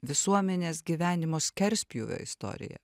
visuomenės gyvenimo skerspjūvio istoriją